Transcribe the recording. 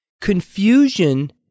Confusion